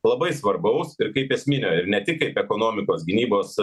labai svarbaus ir kaip esminio ir ne tik kaip ekonomikos gynybos